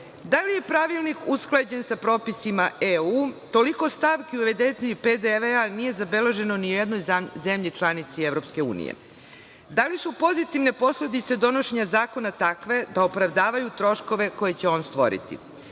da li je Pravilnik usklađen sa propisima EU, toliko stavki u vezi PDV nije zabeleženo ni u jednoj zemlji članici EU? Da li su pozitivne posledice donošenja zakona takve da opravdavaju troškove koje će on stvoriti?